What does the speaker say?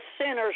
sinners